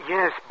Yes